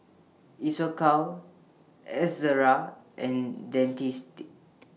Isocal Ezerra and Dentiste